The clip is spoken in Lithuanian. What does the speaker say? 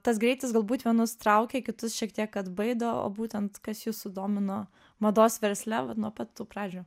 tas greitis galbūt vienus traukia kitus šiek tiek atbaido o būtent kas jus sudomino mados versle vat nuo pat tų pradžių